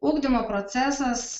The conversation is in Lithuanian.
ugdymo procesas